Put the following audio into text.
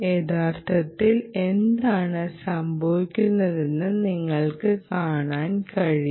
യഥാർത്ഥത്തിൽ എന്താണ് സംഭവിക്കുന്നതെന്ന് നിങ്ങൾക്ക് കാണാൻ കഴിയും